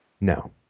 No